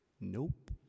nope